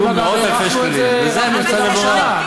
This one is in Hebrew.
מאות-אלפי שקלים, וזה היה מבצע מבורך.